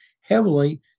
heavily